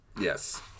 Yes